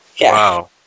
Wow